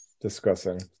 discussing